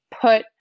put